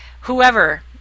whoever